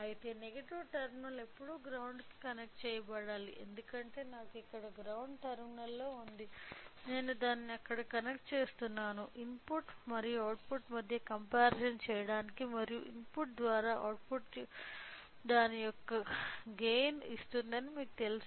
అయితే negative terminal ఎల్లప్పుడూ ground కి కనెక్ట్ చెయ్యబడాలి ఎందుకంటే నాకు ఇక్కడ గ్రౌండ్ టెర్మినల్ ఉంది నేను దానిని అక్కడ కనెక్ట్ చేస్తున్నాను ఇన్పుట్ మరియు అవుట్పుట్ మధ్య కంపారిజాన్ చేయడానికి మరియు ఇన్పుట్ ద్వారా అవుట్పుట్ దాని యొక్క గైన్ ఇస్తుందని మీకు తెలుసు